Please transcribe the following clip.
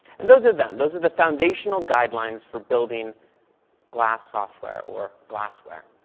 and those are them. those are the foundational guidelines for building glass software or glassware.